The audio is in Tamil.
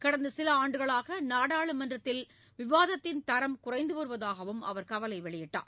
கடந்த சில ஆண்டுகளாக நாடாளுமன்றத்தில் விவாதத்தின் தரம் குறைந்து வருவதாகவும் அவர் கவலை தெரிவித்தார்